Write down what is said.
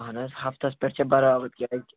اَہَن حظ ہفتَس پٮ۪ٹھ چھِ برابر کیٛازِکہِ